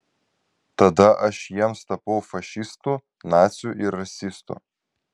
tada aš jiems tapau fašistu naciu ir rasistu